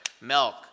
milk